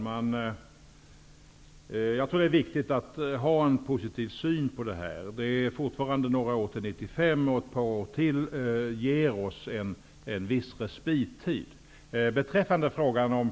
Fru talman! Jag tror att det är viktigt att ha en positiv syn. Det är fortfarande några år till 1995, och ett par år ger oss en viss respit.